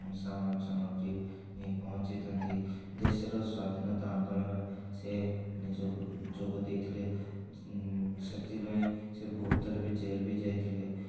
ସାମାନ ସାମଗ୍ରୀ ନେଇ ପହଁଚାଇଛନ୍ତି ଦେଶର ସ୍ୱାଧୀନତା ଆନ୍ଦୋଳନ ସେ ନିଜକୁ ଯୋଗ ଦେଇଥିଲେ ସେଥିପାଇଁ ସେ ବହୁତ ଥର ବି ଜେଲ୍ ବି ଯାଇଥିଲେ